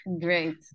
Great